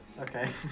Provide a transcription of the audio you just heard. Okay